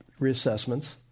reassessments